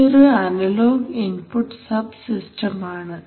ഇതൊരു analogue input subsystem ആണ്